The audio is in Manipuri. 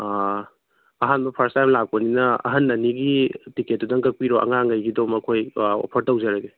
ꯑꯥ ꯑꯍꯥꯟꯕ ꯐꯥꯔꯁ ꯇꯥꯏꯝ ꯂꯥꯛꯄꯅꯤꯅ ꯑꯍꯟ ꯑꯅꯤꯒꯤ ꯇꯤꯀꯦꯠ ꯇꯨꯗꯪ ꯀꯛꯄꯤꯔꯣ ꯑꯉꯥꯡꯒꯩꯒꯤꯗꯣ ꯃꯈꯣꯏ ꯑꯣꯐꯔ ꯇꯧꯖꯔꯒꯦ